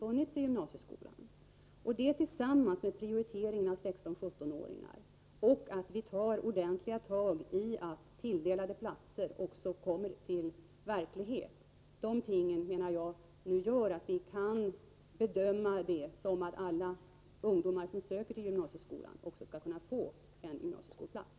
Det tillsammans med att vi prioriterar 16-17-åringarna och tar krafttag för att se till att tilldelade platser också blir verklighet medför att vi kan göra bedömningen att alla ungdomar som söker till gymnasieskolan också skall kunna få en plats.